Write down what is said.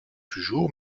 toujours